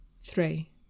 Three